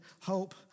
hope